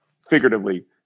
figuratively